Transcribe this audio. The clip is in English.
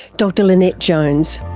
dr lynette jones.